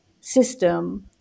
system